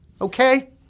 Okay